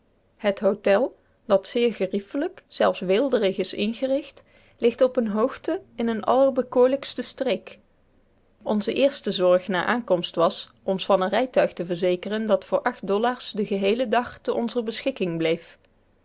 het hotel dat zeer geriefelijk zelfs weelderig is ingericht ligt op een hoogte in een allerbekoorlijkste streek onze eerste zorg na aankomst was ons van een rijtuig te verzekeren dat voor acht dollars den geheelen dag te onzer beschikking bleef